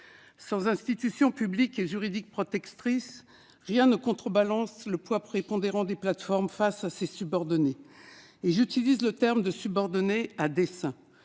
Sans institutions publiques et juridiques protectrices, rien ne contrebalance le poids prépondérant des plateformes face à leurs subordonnés. J'utilise ici à dessein